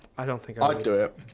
i don't think i would